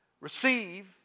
receive